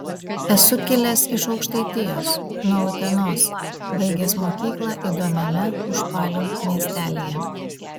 esu kilęs iš aukštaitijos nuo utenos baigęs mokyklą įdomiame užpalių miestelyje